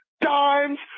dimes